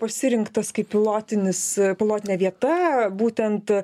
pasirinktas kaip pilotinis pilotinė vieta būtent